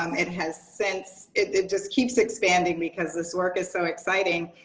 um it has since it it just keeps expanding because this work is so excited.